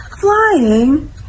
Flying